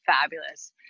fabulous